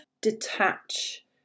detach